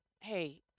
hey